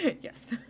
Yes